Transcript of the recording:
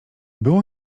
było